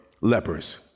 lepers